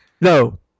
No